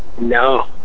No